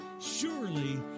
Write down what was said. Surely